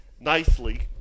nicely